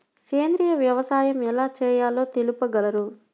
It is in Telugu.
సేంద్రీయ వ్యవసాయం ఎలా చేయాలో తెలుపగలరు?